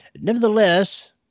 Nevertheless